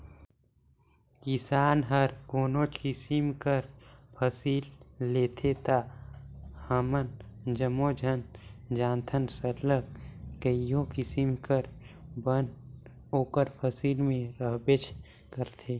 किसान हर कोनोच किसिम कर फसिल लेथे ता हमन जम्मो झन जानथन सरलग कइयो किसिम कर बन ओकर फसिल में रहबेच करथे